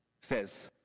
says